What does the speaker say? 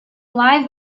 live